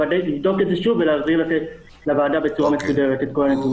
לבדוק ולהעביר לוועדה בצורה מסודרת את כל הנתונים.